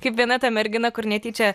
kaip viena ta mergina kur netyčia